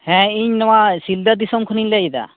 ᱦᱮᱸ ᱤᱧ ᱱᱚᱣᱟ ᱥᱤᱞᱫᱟᱹ ᱫᱤᱥᱚᱢ ᱠᱷᱚᱱᱤᱧ ᱞᱟᱹᱭᱮᱫᱟ